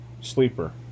sleeper